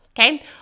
Okay